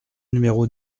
numéro